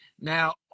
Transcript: Now